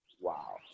Wow